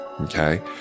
Okay